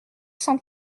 cent